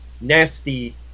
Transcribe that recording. nasty